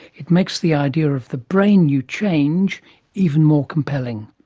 it makes the idea of the brain you change even more compelling.